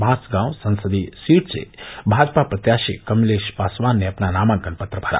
बांसगांव संसदीय सीट से भाजपा प्रत्याशी कमलेश पासवान ने अपना नामांकन पत्र भरा